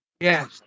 Yes